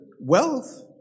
wealth